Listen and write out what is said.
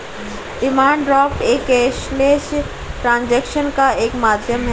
demand draft एक cashless transaction का एक माध्यम है